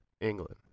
England